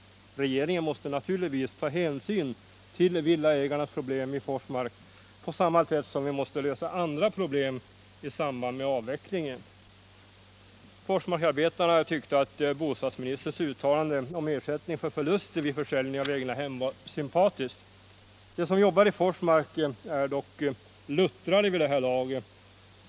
Regeringen måste naturligtvis ta hänsyn till villaägarnas problem i Forsmark på samma sätt som vi måste lösa andra problem i samband med avvecklingen.” Forsmarksarbetarna tyckte att bostadsministerns uttalanden om ersättning för förluster vid försäljning av egnahem var sympatiska. De som jobbar i Forsmark är dock luttrade vid det här laget.